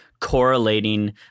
correlating